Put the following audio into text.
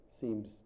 Seems